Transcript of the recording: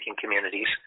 communities